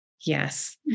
Yes